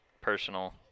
personal